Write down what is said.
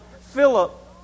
Philip